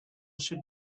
should